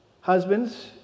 Husbands